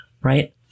right